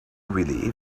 really